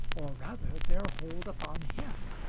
or rather their hold upon him,